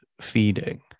feeding